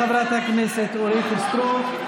תודה, חברת הכנסת אורית סטרוק.